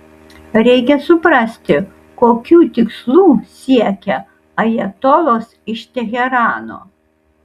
reikia suprasti kokių tikslų siekia ajatolos iš teherano